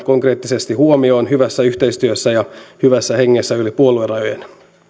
ja konkreettisesti huomioon hyvässä yhteistyössä ja hyvässä hengessä yli puoluerajojen